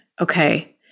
Okay